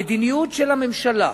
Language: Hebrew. המדיניות של הממשלה,